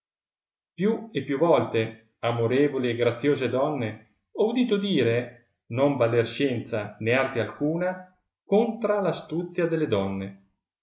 più e più volte amorevoli e graziose donne ho udito dire non valer scienza né arte alcuna contrar astuzia delle donne